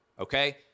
okay